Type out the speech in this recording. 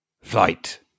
flight